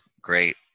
great